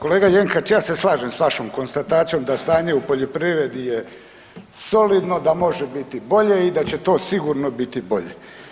Kolega Jenkač ja se slažem s vašom konstatacijom da stanje u poljoprivredi je solidno, da može biti bolje i da će to sigurno biti bolje.